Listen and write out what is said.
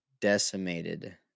decimated